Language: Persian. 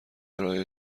ارائه